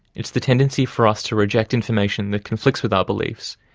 it's the tendency for us to reject information that conflicts with our beliefs,